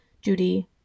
Judy